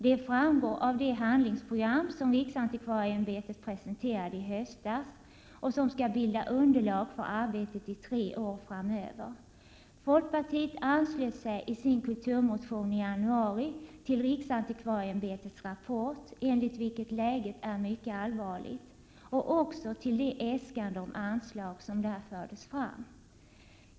Det framgår av det handlingsprogram som riksantikvarieämbetet presenterade i höstas, och som skall bilda underlag för arbetet i tre år framöver. Folkpartiet anslöt sig i sin kulturmotion i januari till riksantikvarieämbetets rapport, enligt vilken läget är mycket allvarligt, och också till det äskande om anslag som där fördes fram.